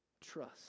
trust